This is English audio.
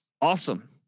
Awesome